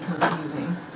confusing